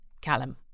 Callum